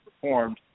performed